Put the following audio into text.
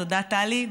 תודה, טלי.